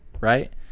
right